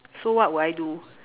so what will I do